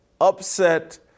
upset